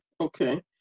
okay